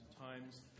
times